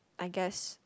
I guess